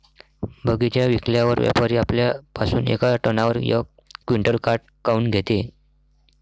बगीचा विकल्यावर व्यापारी आपल्या पासुन येका टनावर यक क्विंटल काट काऊन घेते?